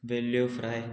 वेल्ल्यो fry